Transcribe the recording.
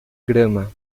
grama